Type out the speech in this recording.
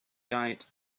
diet